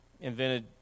invented